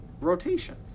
rotation